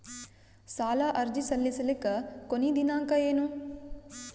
ಸಾಲ ಅರ್ಜಿ ಸಲ್ಲಿಸಲಿಕ ಕೊನಿ ದಿನಾಂಕ ಏನು?